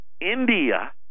India